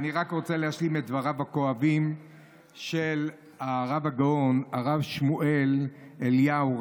אני רק רוצה להשלים את דבריו הכואבים של הרב הגאון הרב שמואל אליהו,